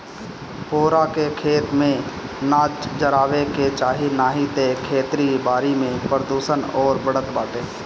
पुअरा के, खेत में ना जरावे के चाही नाही तअ खेती बारी में प्रदुषण अउरी बढ़त बाटे